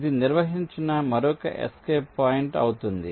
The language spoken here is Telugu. ఇది నిర్వచించిన మరొక ఎస్కేప్ పాయింట్ అవుతుంది